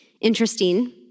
Interesting